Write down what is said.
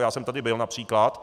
Já jsem tady byl, například.